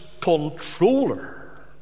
controller